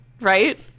right